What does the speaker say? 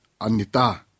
anita